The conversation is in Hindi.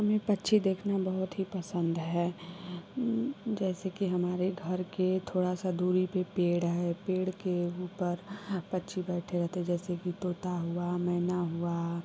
हमें पक्षी देखना बहुत ही पसन्द है जैसे की हमारे घर के थोड़ा सा दूरी पर पेड़ है पेड़ के ऊपर पक्षी बैठे रहते हैं जैसेकी तोता हुआ मैना हुआ